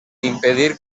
impedir